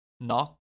Knock